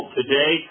today